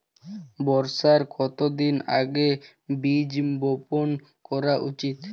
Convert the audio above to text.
বর্ষার কতদিন আগে বীজ বপন করা উচিৎ?